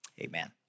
Amen